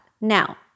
Now